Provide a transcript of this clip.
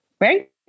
right